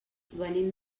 venim